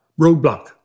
roadblock